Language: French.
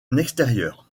extérieur